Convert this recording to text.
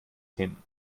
hin